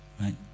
Right